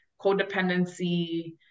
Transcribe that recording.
codependency